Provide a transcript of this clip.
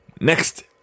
Next